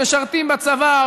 משרתים בצבא,